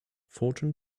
fortune